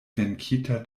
venkita